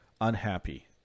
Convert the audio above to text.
unhappy